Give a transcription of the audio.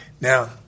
Now